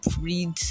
read